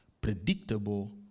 Predictable